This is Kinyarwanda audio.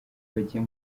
bagiye